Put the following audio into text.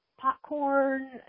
popcorn